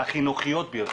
והחינוכיות ביותר.